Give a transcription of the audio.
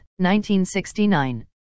1969